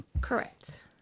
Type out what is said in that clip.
Correct